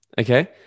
okay